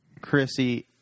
Chrissy